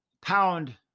pound